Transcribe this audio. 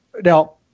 Now